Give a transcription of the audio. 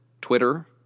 Twitter